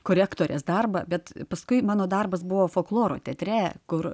korektorės darbą bet paskui mano darbas buvo folkloro teatre kur